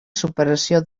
superació